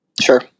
sure